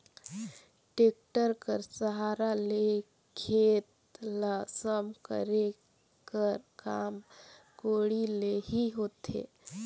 tractor कर सहारा ले खेत ल सम करे कर काम कोड़ी ले ही होथे